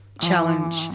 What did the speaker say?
challenge